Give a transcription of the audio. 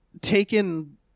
taken